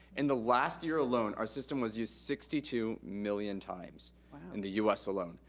in the last year alone, our system was used sixty two million times in the u s. alone.